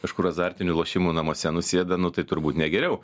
kažkur azartinių lošimų namuose nusėda nu tai turbūt ne geriau